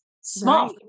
small